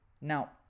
now